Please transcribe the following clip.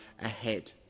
ahead